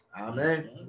Amen